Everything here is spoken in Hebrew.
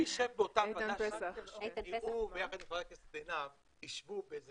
איתן פסח יחד עם חברת הכנסת עינב ישבו באיזה